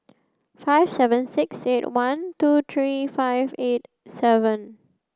five seven six eight one two three five eight seven